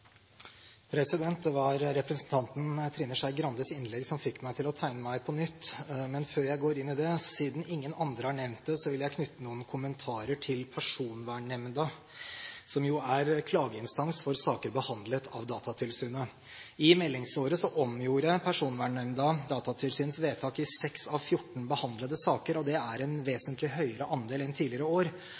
å tegne meg på nytt. Men før jeg går inn i det, og siden ingen andre har nevnt det, vil jeg knytte noen kommentarer til Personvernnemnda, som jo er klageinstans for saker behandlet av Datatilsynet. I meldingsåret omgjorde Personvernnemnda Datatilsynets vedtak i seks av 14 behandlede saker, og det er en vesentlig høyere andel enn i tidligere år.